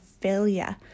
failure